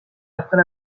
après